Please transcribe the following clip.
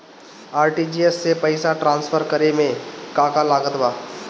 RTGS से पईसा transfer करे मे का का लागत बा?